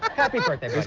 happy birthday,